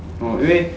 oh 因为